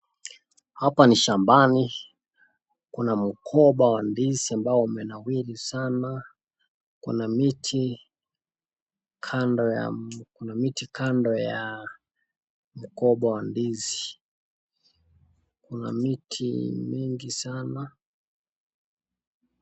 Hapa ni shambani, kuna mgomba wa ndizi ambao umenawiri sana. Kuna miti kando ya mgomba wa ndizi. Kuna miti mingi sana.